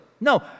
No